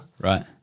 Right